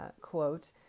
quote